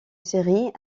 série